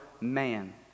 man